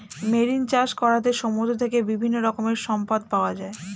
marine চাষ করাতে সমুদ্র থেকে বিভিন্ন রকমের সম্পদ পাওয়া যায়